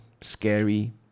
scary